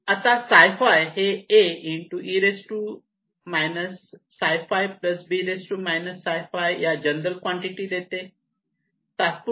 आता ψφ हे A e imφ B e imφ या जनरल क्वांटिटी दिले जाते